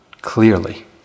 clearly